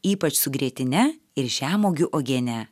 ypač su grietine ir žemuogių uogiene